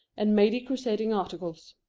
and many crusading articles.